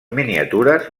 miniatures